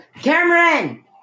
Cameron